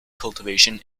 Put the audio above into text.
cultivation